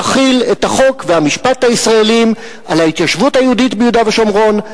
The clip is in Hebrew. תחיל את החוק והמשפט הישראליים על ההתיישבות היהודית ביהודה ושומרון,